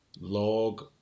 Log